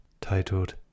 titled